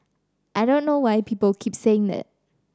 I don't know why people keep saying that